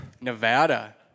Nevada